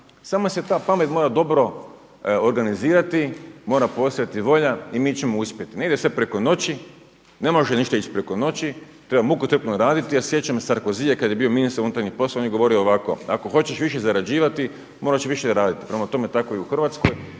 samo se ta pamet mora dobro organizirati, mora postojati volja i mi ćemo uspjeti. Ne ide sve preko noći, ne može ništa ići preko noći, treba mukotrpno raditi. Ja se sjećam Sarkozya kad je bio ministar unutarnjih poslova on je govorio ovako: „Ako hoćeš više zarađivati moraš više raditi.“, prema tome tako je i u Hrvatskoj